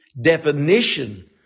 definition